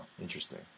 Interesting